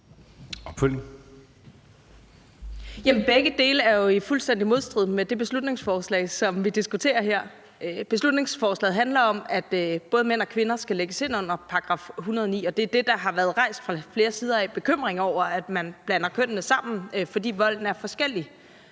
som vi diskuterer her. Beslutningsforslaget handler om, at både mænd og kvinder skal lægges ind under § 109, og det er det, der har været rejst bekymring over fra flere sider, altså at man blander kønnene sammen, netop fordi volden er forskellig